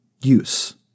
Use